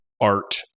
art